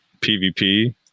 PvP